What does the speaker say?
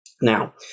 Now